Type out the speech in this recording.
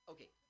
Okay